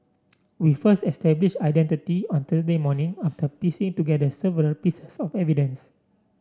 we first established identity on Thursday morning after piecing together several pieces of evidence